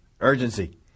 Urgency